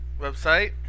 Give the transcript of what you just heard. website